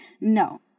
no